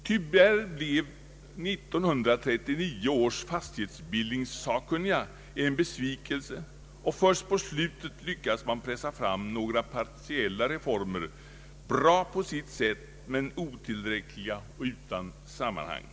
Tyvärr blev 1939 års fastighetsbildningssakkunniga en besvikelse, och först på slutet lyckades man pressa fram några partiella reformer, bra på sitt sätt men otillräckliga och utan sammanhang.